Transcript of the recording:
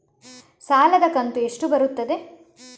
ಸಾಲದ ಕಂತು ಎಷ್ಟು ಬರುತ್ತದೆ?